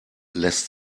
lässt